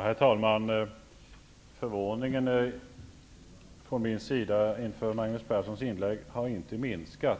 Herr talman! Förvåningen från min sida över Magnus Perssons inlägg har inte blivit mindre.